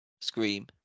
Scream